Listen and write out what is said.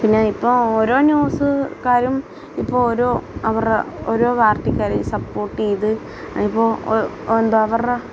പിന്നെ ഇപ്പോൾ ഓരോ ന്യൂസ് കാരും ഇപ്പോൾ ഒരു അവരുടെ ഓരോ പാര്ട്ടിക്കാരെ സപ്പോര്ട്ട് ചെയ്ത് ഇപ്പോൾ ഉണ്ട് അവരുടെ